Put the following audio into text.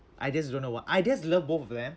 I just don't know what I just love both of them